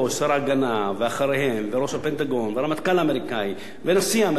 ראש הפנטגון והרמטכ"ל האמריקני ונשיא אמריקני וכולם מזהירים את ישראל,